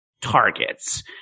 targets